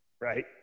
right